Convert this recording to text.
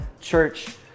church